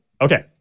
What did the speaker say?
okay